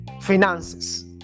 finances